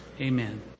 Amen